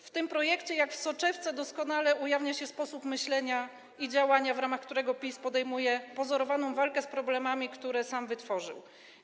W tym projekcie jak w soczewce doskonale ujawnia się sposób myślenia i działania, w ramach którego PiS podejmuje pozorowaną walkę z problemami, które sam wytworzył.